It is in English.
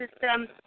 system